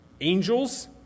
angels